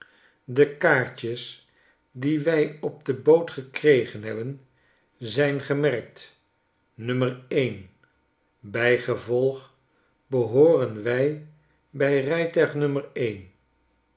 de kaartjes die wij op de boot gekregen hebben zijn gemerkt n bijgevolg behooren wij bij rijtuig n